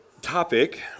Topic